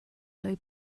low